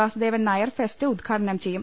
Vasudevan Nair fest ഉദ്ഘാ ടനം ചെയ്യും